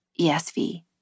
ESV